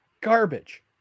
garbage